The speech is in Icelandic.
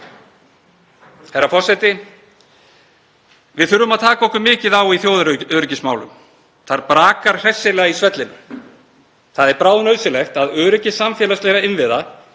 Herra forseti. Við þurfum að taka okkur mikið á í þjóðaröryggismálum, þar brakar hressilega í svellinu. Það er bráðnauðsynlegt að öryggi samfélagslegra innviða